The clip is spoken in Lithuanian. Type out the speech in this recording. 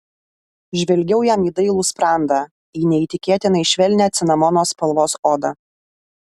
žvelgiau jam į dailų sprandą į neįtikėtinai švelnią cinamono spalvos odą